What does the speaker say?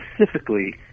specifically